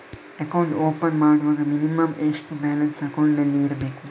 Account open ಮಾಡುವಾಗ minimum ಎಷ್ಟು balance ಅಕೌಂಟಿನಲ್ಲಿ ಇರಬೇಕು?